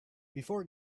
before